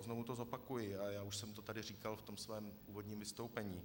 Znovu to zopakuji, a já už jsem to tady říkal ve svém úvodním vystoupení.